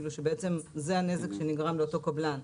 כלומר, שזה הנזק שנגרם לאותו קבלן.